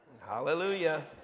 Hallelujah